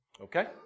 Okay